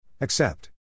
Accept